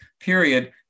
period